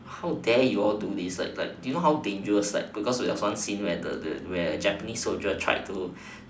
how dare you all do this like like do you know how dangerous like because there there was one scene the japanese soldier tried to